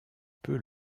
peu